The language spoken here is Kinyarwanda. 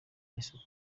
n’isuku